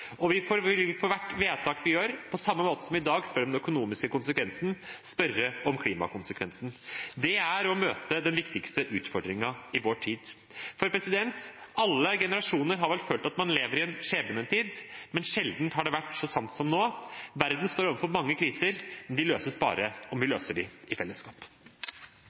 og vi vil for hvert vedtak vi fatter, på samme måte som vi i dag spør om den økonomiske konsekvensen, spørre om klimakonsekvensen. Det er å møte den viktigste utfordringen i vår tid. Alle generasjoner har vel følt at man lever i en skjebnetid, men sjelden har det vært så sant som nå. Verden står overfor mange kriser, men de løses bare om vi løser dem i fellesskap.